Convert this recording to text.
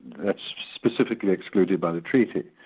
that's specifically excluded by the treaty.